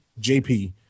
JP